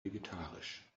vegetarisch